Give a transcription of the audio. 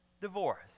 divorce